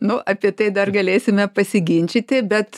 nu apie tai dar galėsime pasiginčyti bet